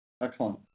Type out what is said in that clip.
Excellent